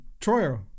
Troyer